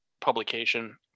publication